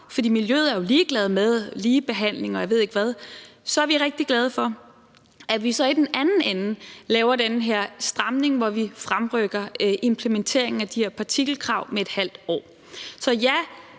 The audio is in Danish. for miljøet er jo ligeglad med ligebehandling, og jeg ved ikke hvad – så er vi rigtig glade for, at vi så i den anden ende laver den her stramning, hvor vi fremrykker implementeringen af de her partikelkrav med ½ år. Så ja,